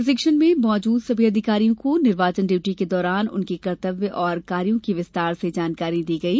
प्रशिक्षण में मौजूद सभी अधिकारियों को निर्वाचन ड्यूटी के दौरान उनके कर्तव्य और कार्यो की विस्तार से जानकारी दी गई